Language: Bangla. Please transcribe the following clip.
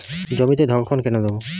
জমিতে ধড়কন কেন দেবো?